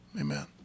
amen